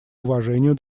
уважению